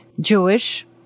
Jewish